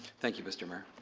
thank you, mr. mayor.